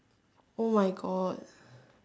oh my god